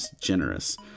generous